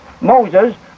Moses